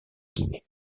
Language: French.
guinée